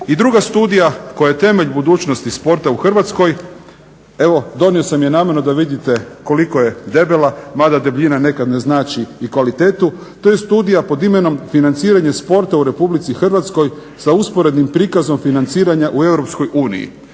I druga studija koja je temelj budućnosti sporta u Hrvatskoj, evo donio sam je namjerno da vidite koliko je debela, mada debljina nekad ne znači i kvalitetu. To je studija pod imenom Financiranje sporta u RH sa usporednim prikazom financiranja u EU.